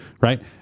Right